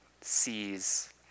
sees